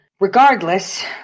regardless